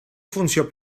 funció